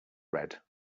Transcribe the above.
red